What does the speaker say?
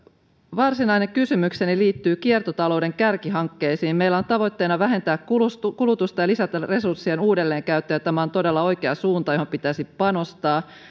varsinainen kysymykseni liittyy kiertotalouden kärkihankkeisiin meillä on tavoitteena vähentää kulutusta kulutusta ja lisätä resurssien uudelleenkäyttöä tämä on todella oikea suunta johon pitäisi panostaa